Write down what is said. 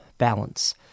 balance